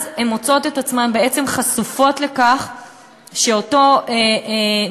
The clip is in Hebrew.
אז הן מוצאות את עצמן בעצם חשופות לכך שאותו נאשם,